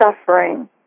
suffering